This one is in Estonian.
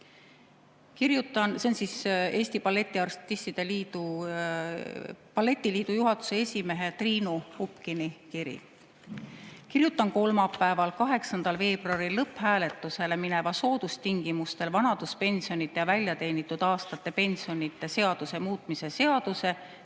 ette. See on Eesti Balletiliidu juhatuse esimehe Triinu Upkini kiri. "Kirjutan kolmapäeval, 8. veebruaril lõpphääletusele mineva soodustingimustel vanaduspensionide ja väljateenitud aastate pensionide seaduse muutmise seaduse